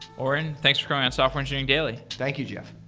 auren, thanks for coming on software engineering daily. thank you, jeff